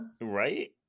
Right